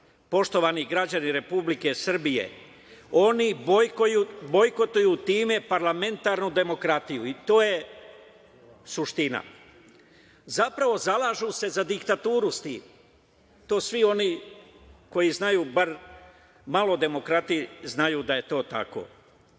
Poštovani građani Republike Srbije, oni bojkotuju time parlamentarnu demokratiju i to je suština. Zapravo, zalažu se za diktaturu s tim. To svi oni koji znaju bar malo o demokratiji znaju da je to tako. Mi